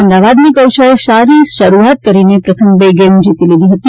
અમદાવાદની કોશાએ સારી શરૂઆત કરીને પ્રથમ બે ગેઇમ જીતી લીધી હતી